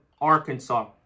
Arkansas